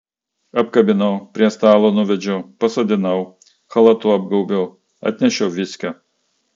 apkabinau prie stalo nuvedžiau pasodinau chalatu apgaubiau atnešiau viskio